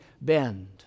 bend